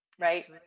right